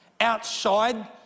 outside